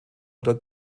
oder